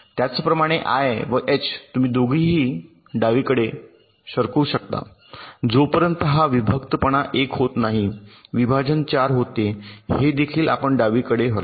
त्याचप्रमाणे आय व एच तुम्ही दोघेही डावीकडे सरकवू शकता जोपर्यंत हा विभक्तपणा 1 होत नाही विभाजन 4 होते हे देखील आपण डावीकडे हलवा